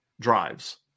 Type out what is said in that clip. drives